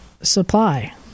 supply